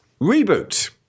Reboot